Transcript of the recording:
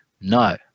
No